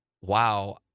wow